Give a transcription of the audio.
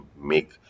make